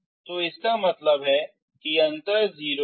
तो इसका मतलब है कि अंतर 0 है